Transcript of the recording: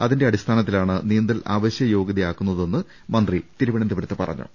അതിന്റെ അടിസ്ഥാനത്തിലാണ് നീന്തൽ അവശ്യ യോഗൃതയാക്കുന്നതെന്ന് മന്ത്രി തിരുവനന്തപുരത്ത് പറഞ്ഞു